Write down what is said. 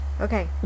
Okay